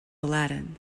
aladdin